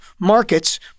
markets